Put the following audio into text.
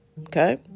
Okay